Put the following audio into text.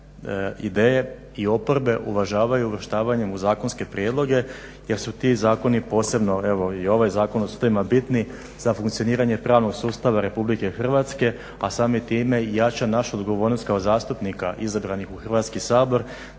ideje i oporbe uvažavaju uvrštavanjem u zakonske prijedloge jer su ti zakoni posebno, evo i ovaj Zakon o sudovima, bitni za funkcioniranje pravnog sustava Republike Hrvatske, a samim time i jača našu odgovornost kao zastupnika izabranih u Hrvatski sabor